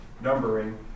numbering